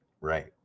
Right